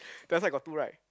their side got two right